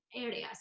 areas